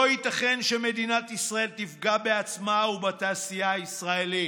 לא ייתכן שמדינת ישראל תפגע בעצמה ובתעשייה הישראלית.